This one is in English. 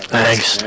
Thanks